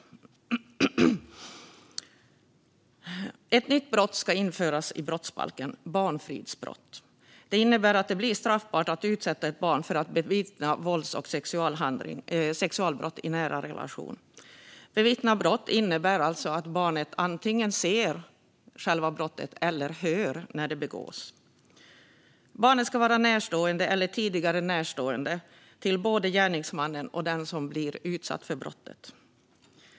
Ett nytt brott, barnfridsbrott, ska införas i brottsbalken. Det innebär att det blir straffbart att utsätta ett barn så att barnet bevittnar vålds och sexualbrott i nära relation. "Bevittna brott" innebär alltså att barnet antingen ser själva brottet eller hör när det begås. Barnet ska vara närstående eller tidigare närstående till både gärningsmannen och den som blir utsatt för brottet.